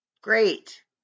Great